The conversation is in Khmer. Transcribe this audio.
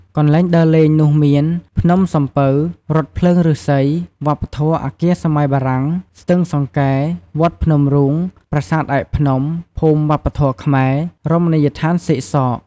កន្លែងដើរលេងនោះមាន ភ្នំសំពៅ រថភ្លើងឫស្សី វប្បធម៌អគារសម័យបារាំង ស្ទឹងសង្កែ វត្តភ្នំរូង ប្រាសាទឯកភ្នំ ភូមិវប្បធម៌ខ្មែរ រមណីយដ្ឋានសេកសក។